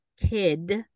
kid